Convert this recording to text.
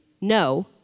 No